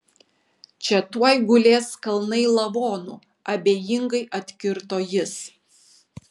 čia tuoj gulės kalnai lavonų abejingai atkirto jis